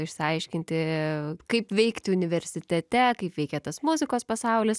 išsiaiškinti kaip veikti universitete kaip veikia tas muzikos pasaulis